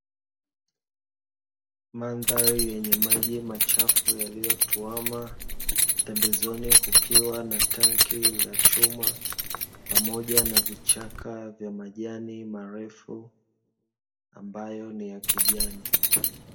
Mandhari yenye maji machu yaliyotwama, pembezoni kukiwa na tenki la chuma. Pamoja na vichaka vya majani marefu, ambayo ni ya kijani.